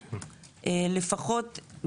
לפחות,